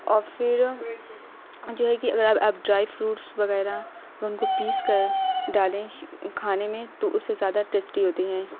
اور پھر جو ہے کہ اگر آپ آپ ڈرائی فروٹس وغیرہ ان کو پیس کر ڈالیں کھانے میں تو اس سے زیادہ ٹیسٹی ہوتی ہیں